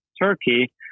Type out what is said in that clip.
Turkey